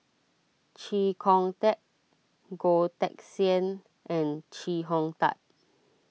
Chee Kong Tet Goh Teck Sian and Chee Hong Tat